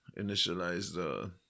initialize